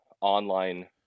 online